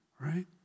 right